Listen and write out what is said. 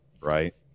Right